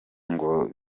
ngo